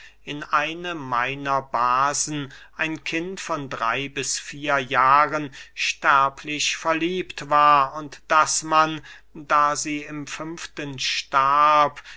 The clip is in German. in eine meiner basen ein kind von drey bis vier jahren sterblich verliebt war und daß man da sie im fünften starb